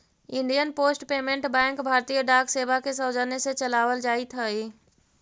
Indian post payment bank भारतीय डाक सेवा के सौजन्य से चलावल जाइत हइ